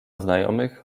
znajomych